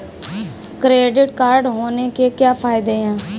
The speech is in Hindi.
क्रेडिट कार्ड होने के क्या फायदे हैं?